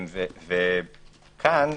כאן,